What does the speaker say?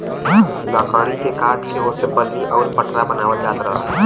लकड़ी के काट के ओसे बल्ली आउर पटरा बनावल जात रहल